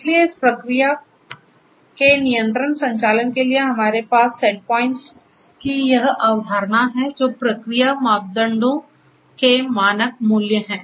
इसलिए इस प्रक्रिया के नियंत्रित संचालन के लिए हमारे पास सेट पॉइंट्स की यह अवधारणा है जो प्रक्रिया मापदंडों के मानक मूल्य हैं